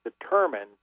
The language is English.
determined